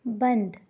बंद